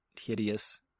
hideous